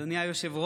בבקשה.